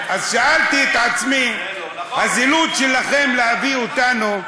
אז שאלתי את עצמי, הזילות שלכם, להביא אותנו,